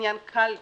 עניין קל יחסית,